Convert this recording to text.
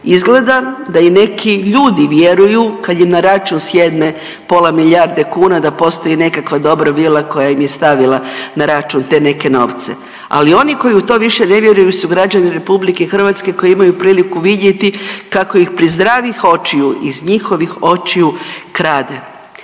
Izgleda da i neki ljudi vjeruju kad im na račun sjedne pola milijarde kuna da postoji nekakva dobra vila koja im je stavila na račun te neke novce. Ali oni koji u to više ne vjeruju su građani RH koji imaju priliku vidjeti kako ih pri zdravih očiju iz njihovih očiju krade.